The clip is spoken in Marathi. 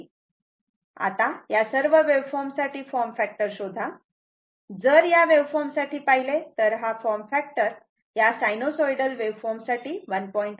आता या सर्व वेव्हफॉर्म साठी फॉर्म फॅक्टर शोधा जर या वेव्हफॉर्म साठी पाहिले तर हा फॉर्म फॅक्टर या सायनोसॉइडल वेव्हफॉर्म साठी 1